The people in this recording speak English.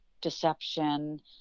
deception